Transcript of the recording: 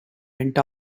went